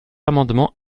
amendement